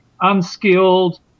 unskilled